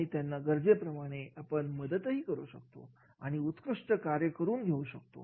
आणि त्यांना गरजे प्रमाणे आपण मदत करू शकतो आणि उत्कृष्ट कार्य करून घेऊ शकतो